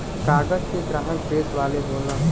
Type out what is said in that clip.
कागज के ग्राहक प्रेस वाले होलन